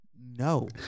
No